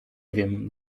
wiem